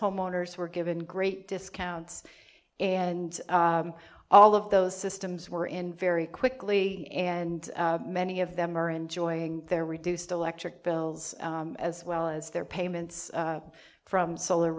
homeowners were given great discounts and all of those systems were in very quickly and many of them are enjoying their reduced electric bills as well as their payments from solar